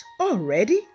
already